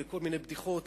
וכל מיני בדיחות,